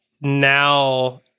now